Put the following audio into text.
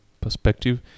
perspective